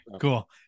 cool